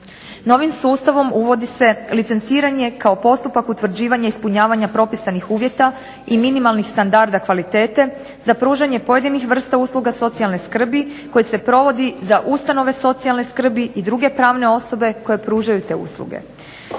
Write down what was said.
Novim sustavom uvodi se licenciranje kao postupak utvrđivanja ispunjavanja propisanih uvjeta i minimalnih standarda kvalitete za pružanje pojedinih vrsta usluga socijalne skrbi koji se provodi za ustanove socijalne skrbi i druge pravne osobe koje pružaju te usluge.